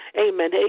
amen